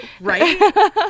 Right